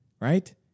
right